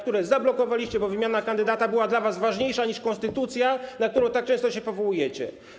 które zablokowaliście, bo wymiana kandydata była dla was ważniejsza niż konstytucja, na którą tak często się powołujecie.